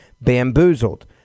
bamboozled